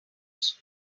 fish